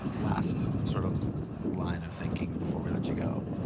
last sort of line of thinking before we let you go.